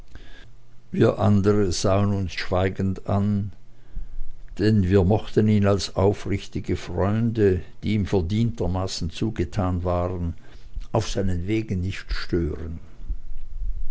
wir andere sahen uns schweigend an denn wir mochten ihn als aufrichtige freunde die ihm verdientermaßen zugetan waren auf sei nen wegen nicht stören